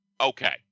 okay